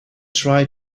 try